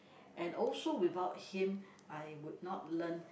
and also without him I would not learn